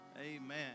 Amen